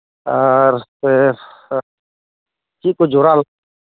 ᱟᱨ ᱥᱮ ᱪᱮᱫ ᱠᱩ ᱡᱚᱨᱟ